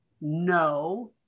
no